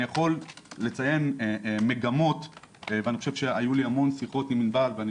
אני יכול לציין מגמות ואני חושב שהיו לי המון שיחות עם ענבל ואני